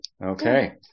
Okay